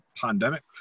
pandemic